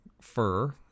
fur